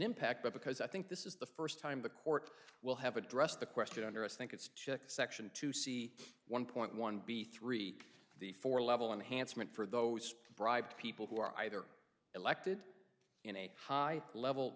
impact but because i think this is the first time the court will have addressed the question under us think it's section to see one point one b three the four level enhanced meant for those bribed people who are either elected in a high level